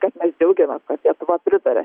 kad mes džiaugiamės kad lietuva pritaria